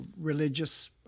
religious